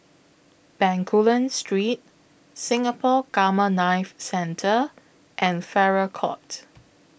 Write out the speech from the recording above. Bencoolen Street Singapore Gamma Knife Centre and Farrer Court